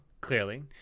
clearly